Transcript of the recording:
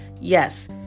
yes